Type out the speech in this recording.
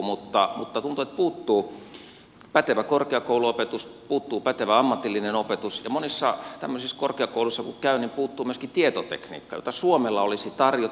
mutta tuntuu että puuttuu pätevä korkeakouluopetus puuttuu pätevä ammatillinen opetus ja monissa tämmöisissä korkeakouluissa kun käy niin puuttuu myöskin tietotekniikka jota suomella olisi tarjota